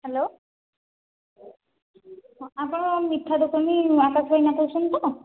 hello ହଁ ଆପଣ ମିଠା ଦୋକାନୀ ରମେଶ ଭାଇନା କହୁଛନ୍ତି ତ